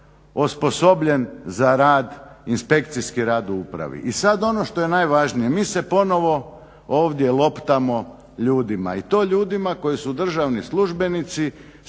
osposobljen za rad, inspekcijski rad u upravi. I sad ono što je najvažnije. Mi se ponovo ovdje loptamo ljudima i to ljudima koji su državni službenici